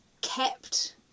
kept